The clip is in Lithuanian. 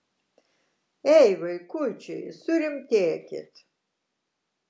ei vaikučiai surimtėkit